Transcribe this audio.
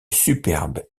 superbe